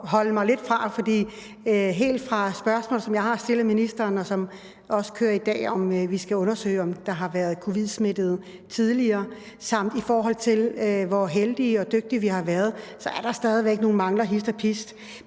holde mig lidt fra – helt fra et spørgsmål, som jeg har stillet ministeren, og som også kører i dag, om vi skal undersøge, om der har været covid-19-smittede tidligere. Og i forhold til hvor heldige og dygtige vi har været, er der stadig nogle mangler hist og pist.